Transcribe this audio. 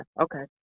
okay